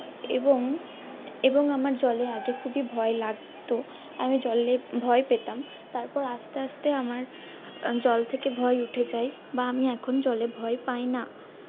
এবং এবং আমার জলে আগে খুবই ভয় লাগত আমি জলে ভয় পেতাম তারপর আস্তে আস্তে আমার জল থেকে ভয় উঠে যায় বা আমি এখন জলে ভয় পাই না